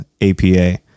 APA